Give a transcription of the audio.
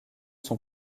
sont